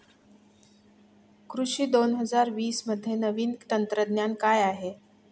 कृषी दोन हजार वीसमध्ये नवीन तंत्रज्ञान काय आहे?